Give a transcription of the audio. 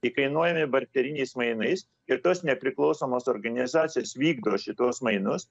įkainuojami barteriniais mainais ir tos nepriklausomos organizacijos vykdo šituos mainus